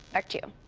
back to you.